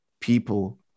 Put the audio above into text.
people